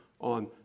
on